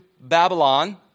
Babylon